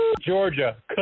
Georgia